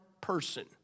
person